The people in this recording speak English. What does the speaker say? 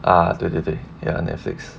啊对对对 ya netflix